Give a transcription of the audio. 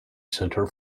center